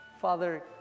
Father